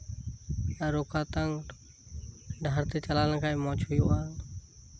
ᱟᱨ ᱚᱠᱟᱴᱟᱜ ᱰᱟᱦᱟᱨ ᱛᱮ ᱪᱟᱞᱟᱣ ᱞᱮᱱᱠᱷᱟᱱ ᱢᱚᱸᱡᱽ ᱦᱩᱭᱩᱜᱼᱟ